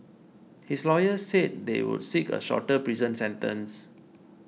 his lawyer said they would seek a shorter prison sentence